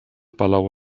palau